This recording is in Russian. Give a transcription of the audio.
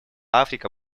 африка